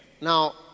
Now